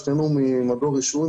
שנינו ממדור רישוי,